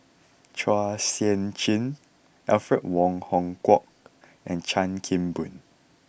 Chua Sian Chin Alfred Wong Hong Kwok and Chan Kim Boon